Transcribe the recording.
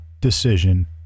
decision